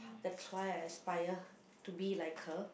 that's why I aspire to be like her